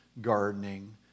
gardening